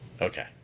Okay